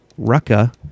Rucka